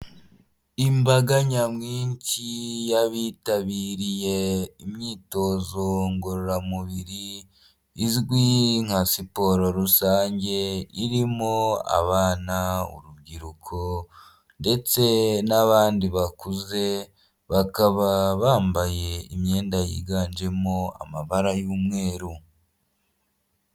Imbaga nyamwinshi y'abitabiriye imyitozo ngororamubiri, izwi nka siporo rusange, irimo abana, urubyiruko, ndetse n'abandi bakuze, bakaba bambaye imyenda yiganjemo amabara y'umweru.